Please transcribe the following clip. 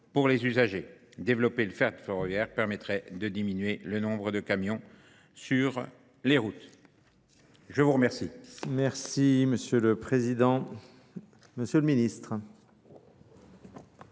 pour les usagers. Développer le fer de ferroviaire permettrait de diminuer le nombre de camions sur les routes. Je vous remercie.